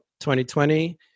2020